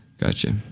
Gotcha